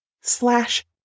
slash